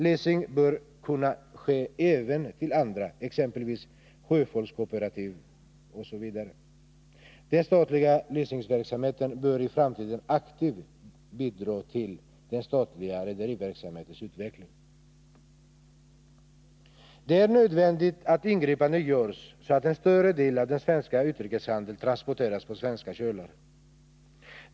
Leasing bör kunna ske även till andra, exempelvis sjöfolkskooperativ. Den statliga leasingverksamheten bör i framtiden aktivt bidra till den statliga rederiverksamhetens utveckling. Det är nödvändigt att ingripanden görs så att en större andel av den svenska utrikeshandeln transporteras på svenska kölar.